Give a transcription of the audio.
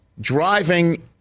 driving